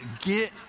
get